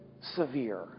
severe